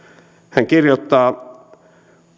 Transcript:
hän kirjoittaa